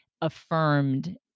affirmed